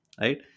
right